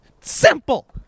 simple